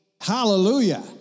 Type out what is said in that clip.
Hallelujah